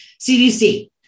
CDC